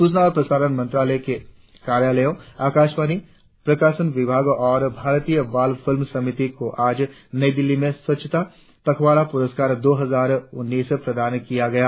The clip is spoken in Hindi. सूचना और प्रसारण मंत्रालय के कार्यालयों आकाशवाणी प्रकाशन विभाग और भारतीय बाल फिल्म समिति को आज नई दिल्ली में स्वच्छता पखवाड़ा पुरस्कार दो हजार उन्नीस प्रदान किए गए